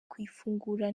kuyifungura